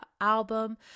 album